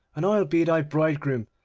and i will be thy bridegroom,